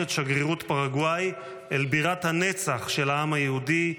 את שגרירות פרגוואי אל בירת הנצח של העם היהודי,